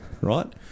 right